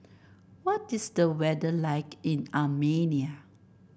what is the weather like in Armenia